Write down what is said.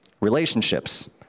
relationships